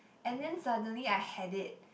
and then suddenly I had it